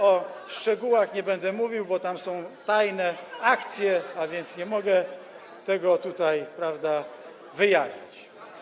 O szczegółach nie będę mówił, bo tam są tajne akcje, a więc nie mogę tego tutaj, prawda, wyjawić.